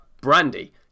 Brandy